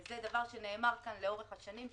וזה דבר שנאמר כאן לאורך השנים,